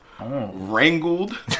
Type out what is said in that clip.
wrangled